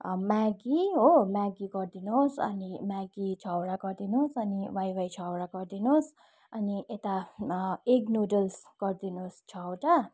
Maggi हो Maggi गरिदिनुहोस् अनि म्यागी छवटा गरिदिनुहोस् अनि वाइवाई छवटा गरिदिनुहोस् अनि यता एग नुडल्स गरिदिनुहोस् छवटा